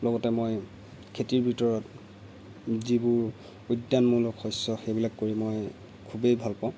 লগতে মই খেতিৰ ভিতৰত যিবোৰ উদ্যানমূলক শস্য সেইবিলাক কৰি মই খুবেই ভাল পাওঁ